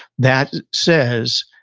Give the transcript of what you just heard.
that says,